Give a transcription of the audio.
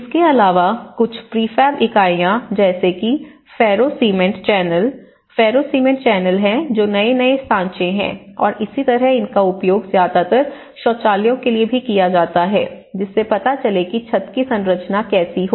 इसके अलावा कुछ प्रीफ़ैब इकाइयाँ जैसे कि ferro cement channel ferro cement channel हैं जो नए नए साँचे हैं और इसी तरह इनका उपयोग ज्यादातर शौचालयों के लिए भी किया जाता है जिससे पता चले कि छत की संरचना कैसी हो